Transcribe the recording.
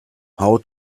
how